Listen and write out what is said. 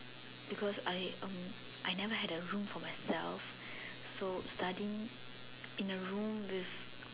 because I um I never had a room for myself so studying in a room with